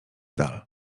dal